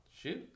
shoot